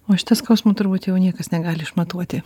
o šito skausmo turbūt jau niekas negali išmatuoti